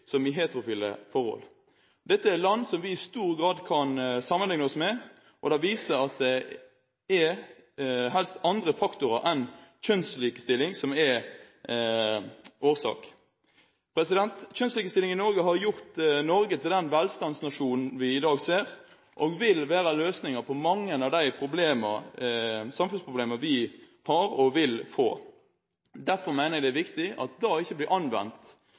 som i heterofile forhold. Dette er land vi i stor grad kan sammenligne oss med, og det viser at det er helst andre faktorer enn kjønnslikestilling som er årsaken. Kjønnslikestilling i Norge har gjort Norge til den velstandsnasjonen vi i dag ser, og vil være løsningen på mange av de samfunnsproblemene vi har og vil få. Derfor mener jeg det er viktig at det ikke blir anvendt